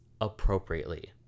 appropriately